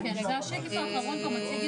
מבלי שיש כאן לחברי הוועדה את היכולת